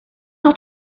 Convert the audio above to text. got